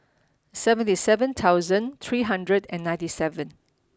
seventy seven thousand three hundred and ninety seven